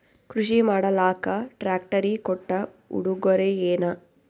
ಕೃಷಿ ಮಾಡಲಾಕ ಟ್ರಾಕ್ಟರಿ ಕೊಟ್ಟ ಉಡುಗೊರೆಯೇನ?